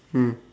mm